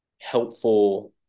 helpful